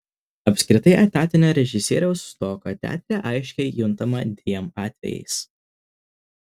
apskritai etatinio režisieriaus stoka teatre aiškiai juntama dviem atvejais